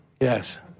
Yes